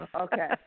Okay